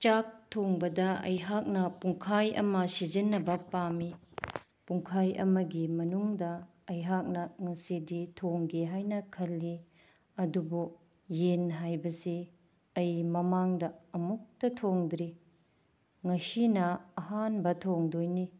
ꯆꯥꯛ ꯊꯣꯡꯕꯗ ꯑꯩꯍꯥꯛꯅ ꯄꯨꯡꯈꯥꯏ ꯑꯃ ꯁꯤꯖꯤꯟꯅꯕ ꯄꯥꯝꯃꯤ ꯄꯨꯡꯈꯥꯏ ꯑꯃꯒꯤ ꯃꯅꯨꯡꯗ ꯑꯩꯍꯥꯛꯅ ꯉꯁꯤꯗꯤ ꯊꯣꯡꯒꯦ ꯍꯥꯏꯅ ꯈꯟꯂꯤ ꯑꯗꯨꯕꯨ ꯌꯦꯟ ꯍꯥꯏꯕꯁꯦ ꯑꯩ ꯃꯃꯥꯡꯗ ꯑꯃꯨꯛꯇ ꯊꯣꯡꯗ꯭ꯔꯤ ꯉꯁꯤꯅ ꯑꯍꯥꯟꯕ ꯊꯣꯡꯗꯣꯏꯅꯤ